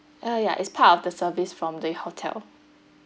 uh ya it's part of the service from the hotel